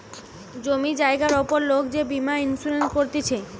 জমি জায়গার উপর লোক যে বীমা ইন্সুরেন্স করতিছে